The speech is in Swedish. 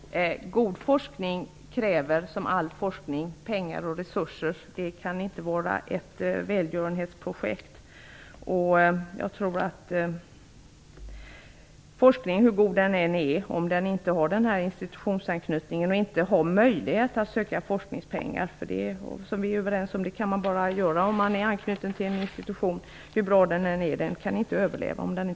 Herr talman! God forskning kräver som all forskning pengar och resurser. Det kan inte vara fråga om välgörenhetsprojekt. Jag tror att forskningen, hur god den än är, inte kan överleva, om den inte har institutionsanknytning och inte har möjlighet att söka forskningspengar -- vilket man ju kan göra bara om man är anknuten till en institution.